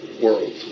world